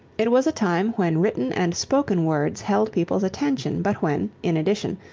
it was a time when written and spoken words held people's attention, but when, in addition,